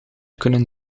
kunnen